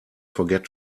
forget